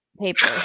paper